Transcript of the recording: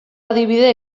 adibide